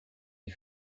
les